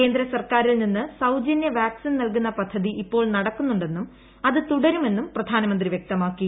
കേന്ദ്ര സർക്കാരിൽ നിന്ന് സൌജന്യ വാക്സിൻ നൽകുന്ന പദ്ധതി ഇപ്പോൾ നടക്കുന്നുണ്ടെന്നും അത് തുടരുമെന്നും പ്രധാനമന്ത്രി വ്യക്തമാക്കി